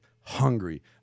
hungry